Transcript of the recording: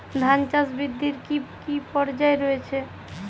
ধান চাষ বৃদ্ধির কী কী পর্যায় রয়েছে?